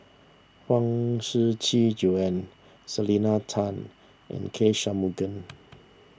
Huang Shiqi Joan Selena Tan and K Shanmugam